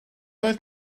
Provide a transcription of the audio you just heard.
oedd